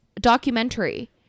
documentary